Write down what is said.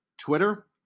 Twitter